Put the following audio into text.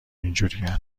اینجورین